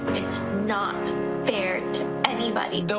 it's not fair to anybody.